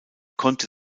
konnte